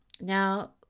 Now